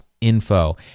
info